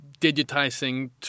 digitizing